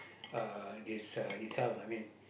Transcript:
uh this uh itself I mean